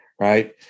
right